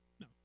No